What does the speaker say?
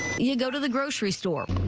you go to the grocery store.